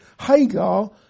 Hagar